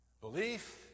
Belief